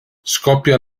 scoppia